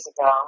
ago